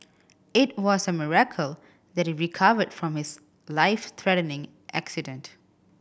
it was a miracle that he recovered from his life threatening accident